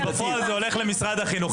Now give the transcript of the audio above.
בפועל זה הולך למשרד החינוך.